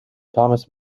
thomas